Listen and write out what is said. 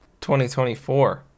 2024